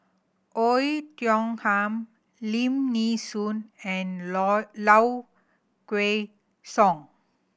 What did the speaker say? Oei Tiong Ham Lim Nee Soon and Low Kway Song